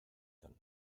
them